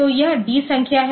तो यह d संख्या है